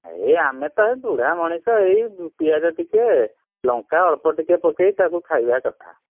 ଏ ଆମେ ତ ଏଇ ବୁଢ଼ା ମଣିଷ ଏଇ ପିଆଜ ଟିକେ ଲଙ୍କା ଅଳ୍ପ ଟିକିଏ ପକେଇ ତାକୁ ଖାଇବା କଥା